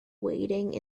wading